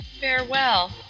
Farewell